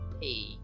Hey